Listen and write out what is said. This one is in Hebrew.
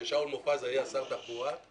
כאשר שאול מופז היה שר התחבורה,